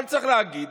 אבל צריך להגיד